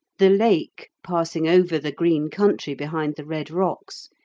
the lake, passing over the green country behind the red rocks,